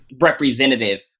representative